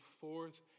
forth